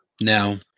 Now